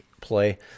play